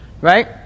right